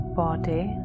body